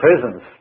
presence